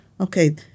Okay